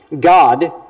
God